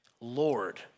Lord